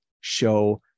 show